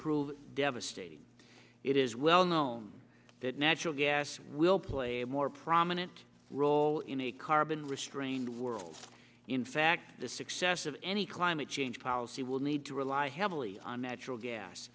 prove devastating it is well known that natural gas will play a more prominent role in a carbon restrained world in fact the success of any climate change policy will need to rely heavily on natural gas